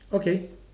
okay